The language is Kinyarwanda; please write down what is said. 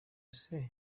ese